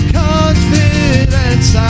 confidence